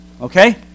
okay